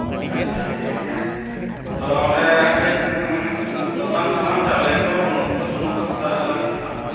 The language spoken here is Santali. ᱟᱪᱪᱷᱟ ᱴᱷᱤᱠᱜᱮᱭᱟ ᱛᱚ ᱚᱸᱰᱮ ᱠᱟᱹᱡ ᱫᱚᱠᱟᱱ ᱥᱟᱢᱟᱱ ᱪᱟᱣᱞᱮ ᱠᱚ ᱵᱩᱞᱩᱝ ᱠᱚ ᱥᱩᱱᱩᱢ ᱠᱚ ᱦᱟᱛᱟᱣ ᱪᱟᱞᱟᱣ ᱦᱩᱭᱩᱜᱼᱟ